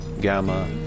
Gamma